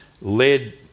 led